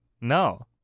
No